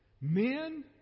Men